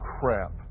crap